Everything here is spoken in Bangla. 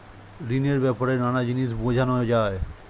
ঋণের ব্যাপারে নানা জিনিস বোঝানো যায়